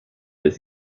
its